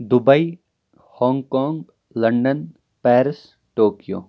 Dubai Hong Kong London Paris Tokyo